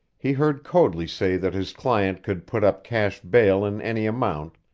he heard coadley say that his client could put up cash bail in any amount,